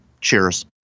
Cheers